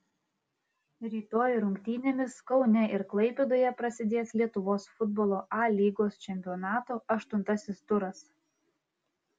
rytoj rungtynėmis kaune ir klaipėdoje prasidės lietuvos futbolo a lygos čempionato aštuntasis turas